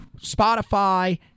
Spotify